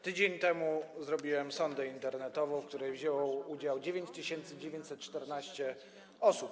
Tydzień temu zrobiłem sondę internetową, w której wzięło udział 9914 osób.